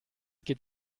geht